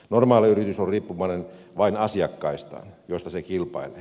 normaali yritys on riippuvainen vain asiakkaistaan joista se kilpailee